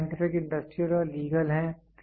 वे scientific industrial और legal हैं